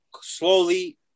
slowly